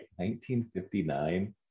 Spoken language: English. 1959